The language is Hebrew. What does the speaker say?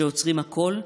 שעוצרים הכול,